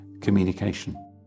communication